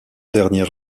dernière